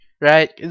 right